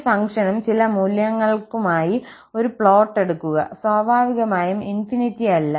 ഈ ഫംഗ്ഷനും ചില മൂല്യങ്ങൾക്കുമായി ഒരു പ്ലോട്ട് എടുക്കുക സ്വാഭാവികമായും ∞ അല്ല